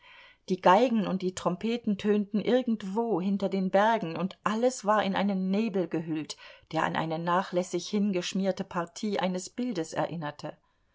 die geigen und die trompeten tönten irgendwo hinter den bergen und alles war in einen nebel gehüllt der an eine nachlässig hingeschmierte partie eines bildes erinnerte